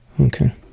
Okay